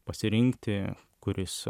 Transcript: pasirinkti kuris